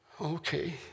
Okay